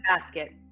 basket